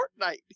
Fortnite